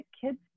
kids